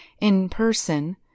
in-person